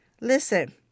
Listen